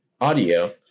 audio